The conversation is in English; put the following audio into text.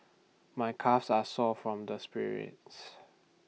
my calves are sore from all the sprints